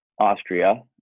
Austria